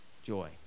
Joy